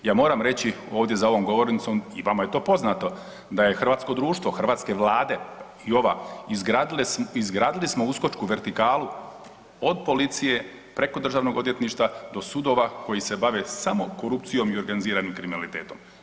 Ja moram reći ovdje za ovom govornicom i vama je to poznato da je hrvatsko društvo, hrvatske Vlade i ova izgradili smo uskočku vertikalu od policije, preko Državnog odvjetništva do sudova koji se bave samo korupcijom i organiziranim kriminalitetom.